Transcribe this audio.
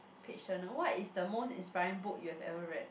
page journal what is the most inspiring book you have ever read